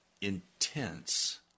intense